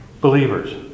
believers